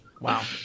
Wow